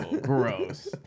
gross